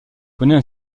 connait